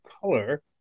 color